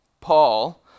Paul